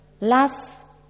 Last